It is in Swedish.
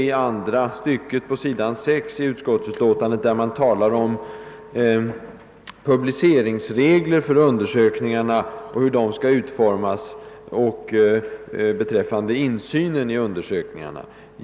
I andra stycket på s. 6 i utskottsutlåtandet talar man om publiceringsregler för undersökningarna och hur de skall utformas, samt om insynen i undersökningarna.